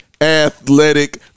Athletic